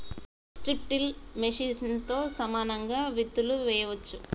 strip till మెషిన్తో సమానంగా విత్తులు వేయొచ్చు